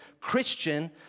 Christian